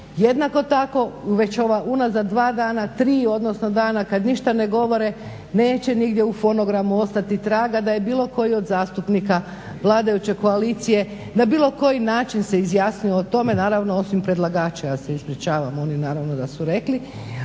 Jednako tako već ova unazad dva dana, tri, odnosno tri dana kada ništa ne govore neće nigdje u fonogramu ostati traga da je bilo koji od zastupnika vladajuće koalicije na bilo koji način se izjasnio o tome, naravno osim predlagača. Ja se ispričavam, oni naravno da su rekli